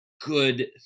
good